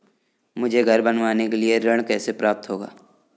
मुझे घर बनवाने के लिए ऋण कैसे प्राप्त होगा?